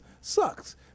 sucks